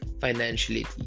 financially